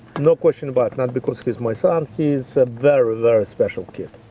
no question about it, not because he's my son he's a very, very special kid,